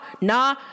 nah